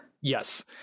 Yes